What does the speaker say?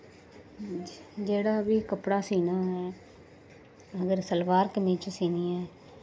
जेह्ड़ा बी कपड़ा सीना अगर सलवार कमीच सीनी ऐ